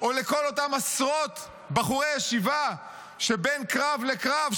או לכל אותם עשרות בחורי ישיבה שבין קרב לקרב,